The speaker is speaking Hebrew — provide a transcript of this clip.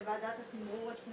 אתם רואים את המספרים.